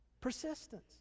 Persistence